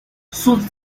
sus